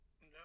No